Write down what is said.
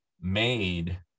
made